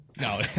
No